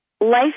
Life